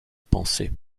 pensée